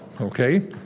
okay